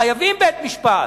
חייבים בית-משפט,